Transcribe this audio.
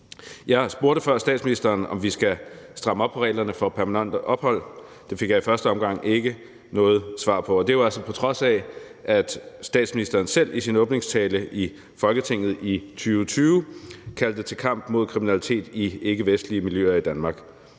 Jeg spurgte statsministeren før, om vi skal stramme op på reglerne for permanent ophold. Det fik jeg i første omgang ikke noget svar på, og det er jo altså, på trods af at statsministeren i sin åbningstale i Folketinget i 2020 selv kaldte til kamp mod kriminalitet i ikkevestlige miljøer i Danmark.